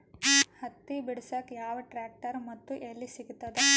ಹತ್ತಿ ಬಿಡಸಕ್ ಯಾವ ಟ್ರ್ಯಾಕ್ಟರ್ ಮತ್ತು ಎಲ್ಲಿ ಸಿಗತದ?